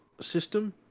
system